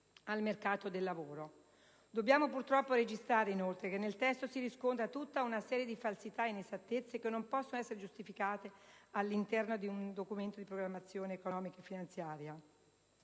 al 10 per cento. Dobbiamo purtroppo registrare, inoltre, che nel testo si riscontra tutta una serie di falsità ed inesattezze, che non possono essere giustificate all'interno di un Documento di programmazione economico-finanziaria.